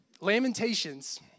Lamentations